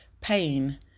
pain